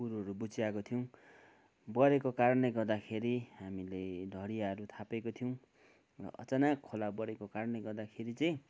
कुलोहरू बुच्याएको थियौँ बढेको कारणले गर्दाखेरि हामीले ढडियाहरू थापेका थियौँ र अचानक खोला बढेको कारणले गर्दाखेरि चाहिँ